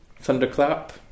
thunderclap